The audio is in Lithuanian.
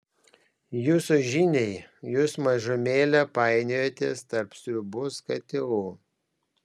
jūsų žiniai jūs mažumėlę painiojatės tarp sriubos katilų